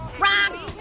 wrong.